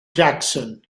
jackson